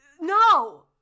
No